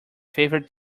favorite